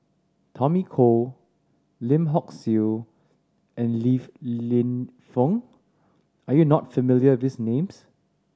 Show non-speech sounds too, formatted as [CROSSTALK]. Tommy Koh Lim Hock Siew and Li [UNINTELLIGIBLE] Lienfung are you not familiar these names